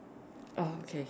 orh okay